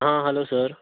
आं hello sir